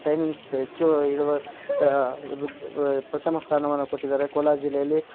timings ಹೆಚ್ಚು ಇಳುವ ಪ್ರಥಮ ಸ್ಥಾನವನ್ನು ಕೊಟ್ಟಿದಾರೆ ಕೋಲಾರ ಜಿಲ್ಲೆಯಲ್ಲಿ